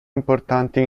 importanti